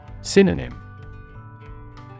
Synonym